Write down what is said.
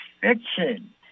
fiction